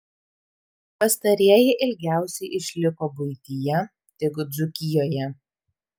pastarieji ilgiausiai išliko buityje tik dzūkijoje